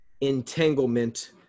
entanglement